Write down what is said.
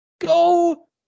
Go